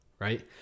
right